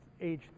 age